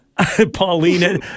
Paulina